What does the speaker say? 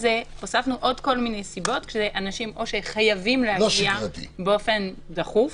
הוספנו עוד סיבות שאנשים חייבים להגיע באופן דחוף.